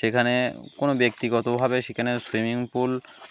সেখানে কোনো ব্যক্তিগতভাবে সেখানে সুইমিং পুল